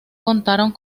contaron